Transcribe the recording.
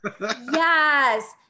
Yes